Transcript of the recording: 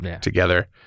together